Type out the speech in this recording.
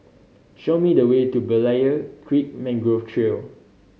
show me the way to Berlayer Creek Mangrove Trail